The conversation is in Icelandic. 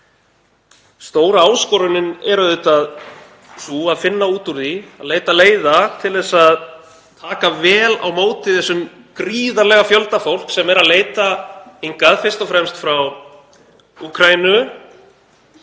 Stóra áskorunin er auðvitað sú að finna út úr því og leita leiða til þess að taka vel á móti þessum gríðarlega fjölda fólks sem leitar hingað, fyrst og fremst frá Úkraínu,